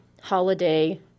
holiday